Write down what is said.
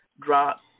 Drop